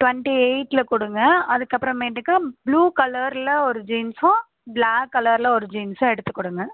twenty எயிட்டில் கொடுங்க அதுக்கு அப்புறமேட்டுக்கு ப்ளூ கலரில் ஒரு ஜீன்ஸும் ப்ளாக் கலரில் ஒரு ஜீன்ஸும் எடுத்து கொடுங்க